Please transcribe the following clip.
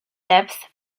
depth